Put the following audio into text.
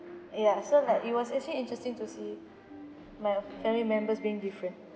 ya so like it was actually interesting to see my family members being different